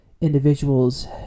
Individuals